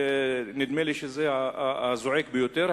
נדמה לי שזה הזועק ביותר.